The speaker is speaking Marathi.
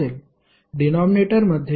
डिनॉमिनेटर मध्ये काय येईल